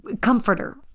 comforter